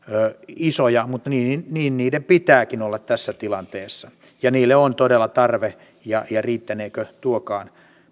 isoja mutta niin niiden pitääkin olla tässä tilanteessa niille on todella tarve riittäneekö tuokaan